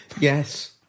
yes